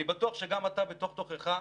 אני בטוח שגם אתה בתוך תוכך,